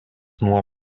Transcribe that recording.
nuo